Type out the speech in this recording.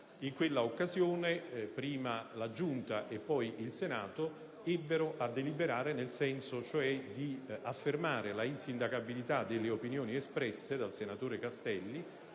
In quella occasione, prima la Giunta, poi il Senato ebbero a deliberare nel senso di affermare l'insindacabilità delle opinioni espresse dal senatore Castelli,